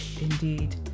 indeed